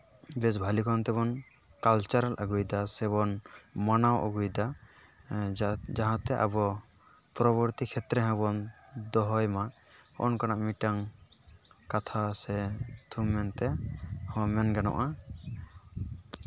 ᱵᱮᱥ ᱵᱷᱟᱹᱞᱤ ᱠᱚᱡ ᱛᱮᱵᱚᱱ ᱠᱟᱞᱪᱟᱨᱟᱞ ᱟᱹᱜᱩᱭᱫᱟ ᱥᱮᱵᱚᱱ ᱢᱟᱱᱟᱣ ᱟᱹᱜᱩᱭᱮᱫᱟ ᱡᱟᱦᱟᱸᱛᱮ ᱟᱵᱚ ᱯᱚᱨᱚᱵᱚᱨᱛᱤ ᱠᱷᱮᱛᱨᱮ ᱦᱚᱸᱵᱚᱱ ᱫᱚᱦᱚᱭ ᱢᱟ ᱚᱱᱠᱟᱱᱟᱜ ᱢᱤᱫᱴᱟᱱ ᱠᱟᱛᱷᱟ ᱥᱮ ᱛᱷᱩᱢ ᱢᱮᱱᱛᱮ ᱦᱚᱸ ᱢᱮᱱ ᱜᱟᱱᱚᱜᱼᱟ